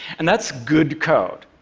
and that's good code.